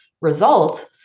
result